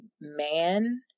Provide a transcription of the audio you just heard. man